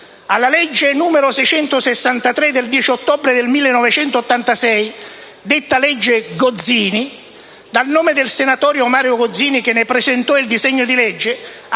alla legge n. 663, del 10 ottobre del 1986, detta legge Gozzini, dal nome del senatore Mario Gozzini che ne presentò il disegno di legge,